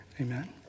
Amen